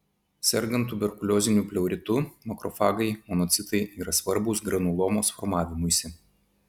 sergant tuberkulioziniu pleuritu makrofagai monocitai yra svarbūs granulomos formavimuisi